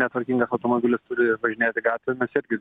netvarkingas automobilis turi važinėti gatvėmis irgi